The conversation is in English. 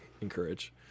encourage